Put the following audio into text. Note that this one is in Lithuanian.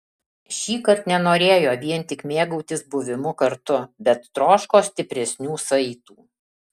šįkart nenorėjo vien tik mėgautis buvimu kartu bet troško stipresnių saitų